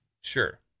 Sure